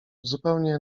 zupełnie